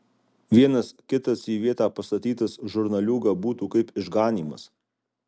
vienas kitas į vietą pastatytas žurnaliūga būtų kaip išganymas